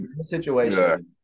situation